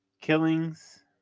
Killings